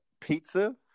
pizza